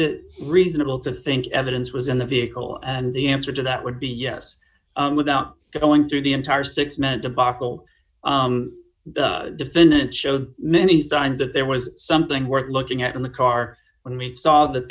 it reasonable to think evidence was in the vehicle and the answer to that would be yes without going through the entire six minute debacle the defendant showed many signs that there was something worth looking at in the car when he saw that